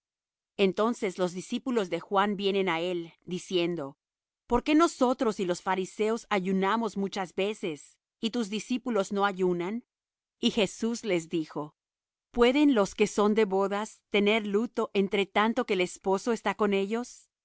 entonces los discípulos de juan vienen á él diciendo por qué nosotros y los fariseos ayunamos muchas veces y tus discípulos no ayunan y jesús les dijo pueden los que son de bodas tener luto entre tanto que el esposo está con ellos